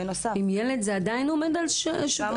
עם ילד זה עדיין עומד על ---?